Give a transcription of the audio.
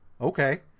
okay